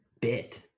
bit